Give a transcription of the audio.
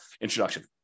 introduction